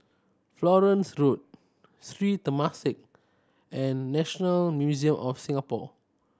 Florence Road Sri Temasek and National Museum of Singapore